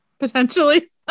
potentially